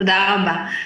תודה רבה.